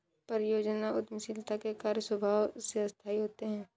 परियोजना उद्यमशीलता के कार्य स्वभाव से अस्थायी होते हैं